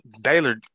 Baylor